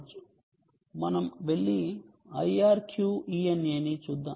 మనం వెళ్లి IRQ ENA ని చూద్దాం